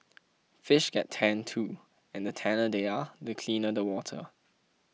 fish get tanned too and the tanner they are the cleaner the water